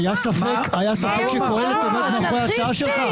היה ספק שקהלת עומדת מאחורי ההצעה שלך?